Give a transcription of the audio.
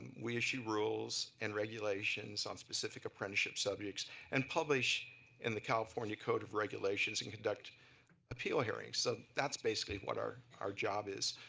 we issue rules and regulations on specific apprenticeship subjects and publish in the california code of regulations and conduct appeal hearings so that's basically what our our job is.